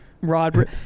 rod